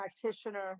practitioner